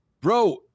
bro